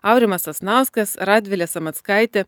aurimas sasnauskas radvilė sameckaitė